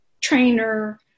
trainer